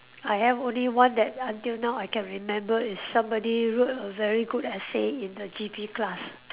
I have only one that until now I can remember is somebody wrote a very good essay in the G_P class